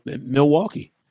Milwaukee